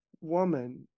woman